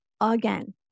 again